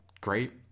great